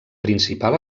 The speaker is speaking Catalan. principal